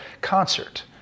concert